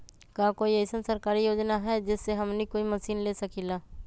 का कोई अइसन सरकारी योजना है जै से हमनी कोई मशीन ले सकीं ला?